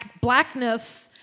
blackness